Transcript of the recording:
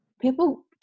people